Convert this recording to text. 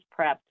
prepped